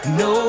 no